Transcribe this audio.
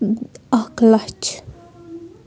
اَکھ لَچھ